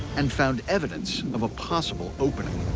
and found evidence of a possible opening.